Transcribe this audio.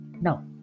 Now